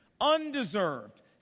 undeserved